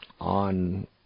on